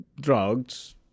drugs